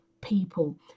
people